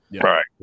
right